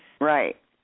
right